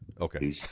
Okay